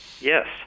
Yes